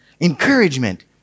Encouragement